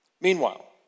Meanwhile